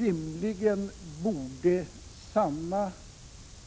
Rimligen borde samma